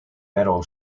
metal